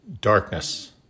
Darkness